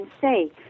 say